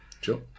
Sure